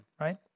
right